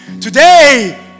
Today